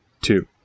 Two